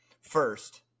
First